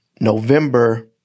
November